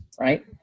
right